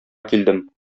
килдем